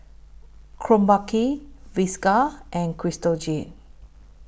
Krombacher Whiskas and Crystal Jade